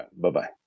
Bye-bye